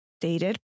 dated